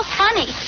funny